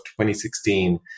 2016